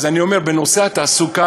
אז אני אומר: בנושא התעסוקה,